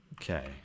Okay